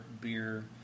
beer